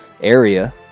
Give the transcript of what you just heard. area